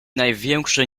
największe